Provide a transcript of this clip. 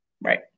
Right